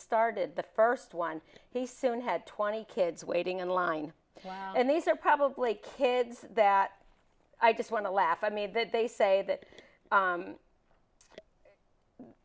started the first one he soon had twenty kids waiting in line and these are probably kids that i just want to laugh at me that they say that